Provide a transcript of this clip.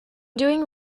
doing